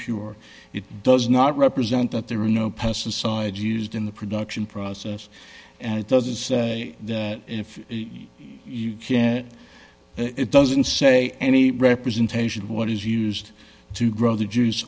pure it does not represent that there are no pesticides used in the production process and it doesn't say that if you can it doesn't say any representation of what is used to grow the j